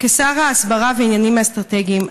כשר ההסברה והעניינים האסטרטגיים,